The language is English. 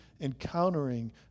encountering